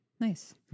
Nice